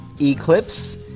Eclipse